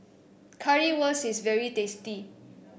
currywurst is very tasty